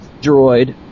Droid